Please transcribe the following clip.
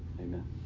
Amen